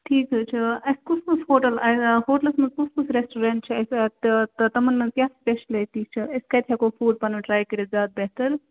ٹھیٖک حظ چھُ اَسہِ کُس کُس ہوٹَل آے ہوٹلَس منٛز کُس کُس رٮ۪سٹورَنٛٹ چھُ اَسہِ تِمَن منٛز کیٛاہ سِپیشلِٹی چھِ أسۍ کَتہِ ہٮ۪کو فُڈ پَنُن ٹرٛاے کٔرِتھ زیاد بہتَر